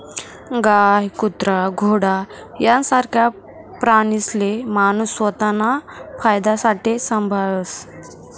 गाय, कुत्रा, घोडा यासारखा प्राणीसले माणूस स्वताना फायदासाठे संभायस